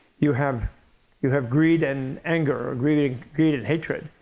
you have you have greed and anger, or greed and greed and hatred.